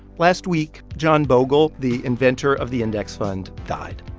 last week, john bogle, the inventor of the index fund, died.